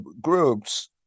groups